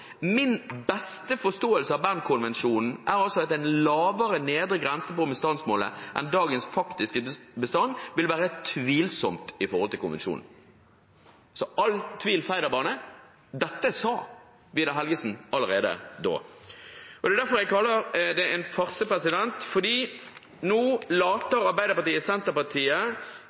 Min beste forståelse av Bern-konvensjonen er altså at en lavere nedre grense på bestandsmålet enn dagens faktiske bestand vil være tvilsomt i forhold til konvensjonen.» Så all tvil er feid av banen. Dette sa Vidar Helgesen allerede da. Det er derfor jeg kaller det en farse, for nå later Arbeiderpartiet, Senterpartiet,